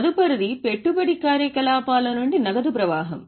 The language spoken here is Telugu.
తదుపరిది పెట్టుబడి కార్యకలాపాల నుండి నగదు ప్రవాహం